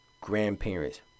grandparents